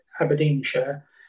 Aberdeenshire